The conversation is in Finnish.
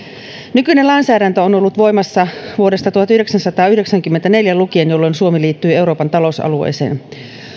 nykyinen lainsäädäntö on on ollut voimassa vuodesta tuhatyhdeksänsataayhdeksänkymmentäneljä lukien jolloin suomi liittyi euroopan talousalueeseen